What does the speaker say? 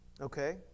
okay